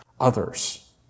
others